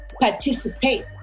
participate